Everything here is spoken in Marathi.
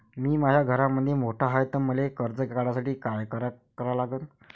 मी माया घरामंदी मोठा हाय त मले कर्ज काढासाठी काय करा लागन?